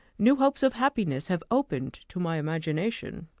new hopes of happiness, have opened to my imagination,